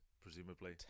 presumably